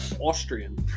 Austrian